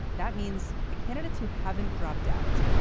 that means the candidates who haven't dropped out.